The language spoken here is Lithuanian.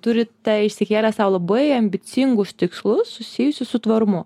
turite išsikėlę sau labai ambicingus tikslus susijusius su tvarumu